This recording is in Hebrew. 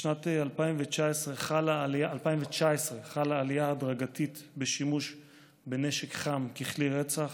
בשנת 2019 חלה עלייה הדרגתית בשימוש בנשק חם ככלי רצח,